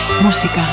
música